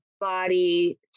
body